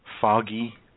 Foggy